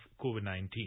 COVID-19